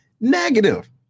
negative